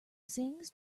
sings